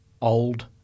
old